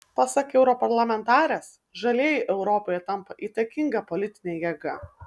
pasak europarlamentarės žalieji europoje tampa įtakinga politine jėga